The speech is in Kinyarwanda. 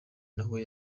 nawe